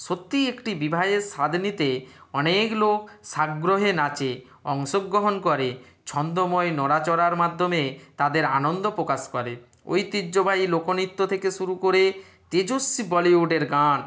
সত্যিই একটি বিবাহের স্বাদ নিতে অনেক লোক সাগ্রহে নাচে অংশগোহণ করে ছন্দময় নড়া চড়ার মাদ্যমে তাদের আনন্দ প্রকাশ করে ঐতিহ্যবাহী লোকনৃত্য থেকে শুরু করে তেজস্বী বলিউডের গান